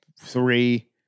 three